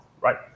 right